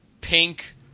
pink